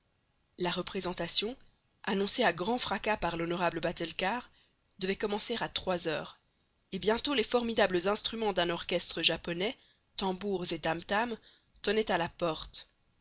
la représentation annoncée à grand fracas par l'honorable batulcar devait commencer à trois heures et bientôt les formidables instruments d'un orchestre japonais tambours et tam tams tonnaient à la porte